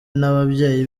n’ababyeyi